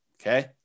Okay